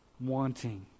Wanting